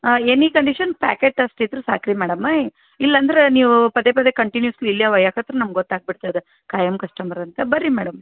any condition packet ಅಷ್ಟು ಇದ್ರೆ ಸಾಕು ರೀ ಮೇಡಮ ಇಲ್ಲಾಂದ್ರೆ ನೀವು ಪದೇ ಪದೇ ಕಂಟಿನ್ಯುಸ್ಲಿ ಇಲ್ಲೇ ಒಯ್ಯಕತ್ರೆ ನಮ್ಗೆ ಗೊತ್ತಾಗಿ ಬಿಡ್ತದೆ ಕಾಯಂ ಕಸ್ಟಮರ್ ಅಂತ ಬನ್ರಿ ಮೇಡಮ್